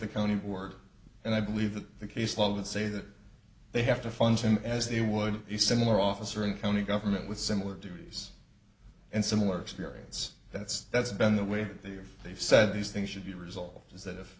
the county board and i believe that the caseload would say that they have to function as they would a similar officer in county government with similar duties and similar experience that's that's been the way they are they've said these things should be resolved is that if